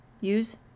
use